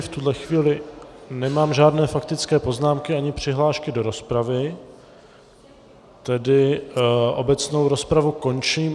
V tuto chvíli nemám žádné faktické poznámky ani přihlášky do rozpravy, tedy obecnou rozpravu končím.